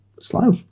slow